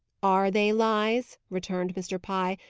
are they lies? returned mr. pye,